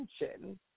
attention